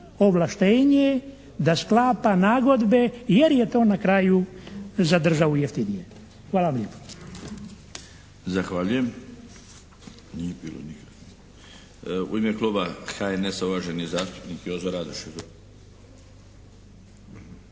ovlaštenja da sklapa nagodbe jer je to na kraju za državu jeftinije. Hvala vam lijepo.